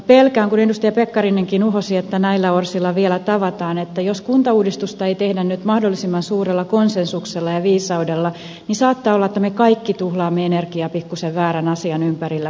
pelkään kun edustaja pekkarinenkin uhosi että näillä orsilla vielä tavataan että jos kuntauudistusta ei tehdä nyt mahdollisimman suurella konsensuksella ja viisaudella niin saattaa olla että me kaikki tuhlaamme energiaa pikkuisen väärän asian ympärillä pyörimiseen